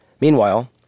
Meanwhile